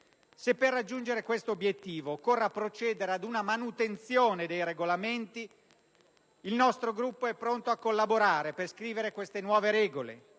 Se per raggiungere tale obiettivo occorra procedere ad una manutenzione dei Regolamenti, il nostro Gruppo è pronto a collaborare per scrivere queste nuove regole: